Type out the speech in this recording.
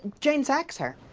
jane sacks her.